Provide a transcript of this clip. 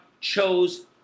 chose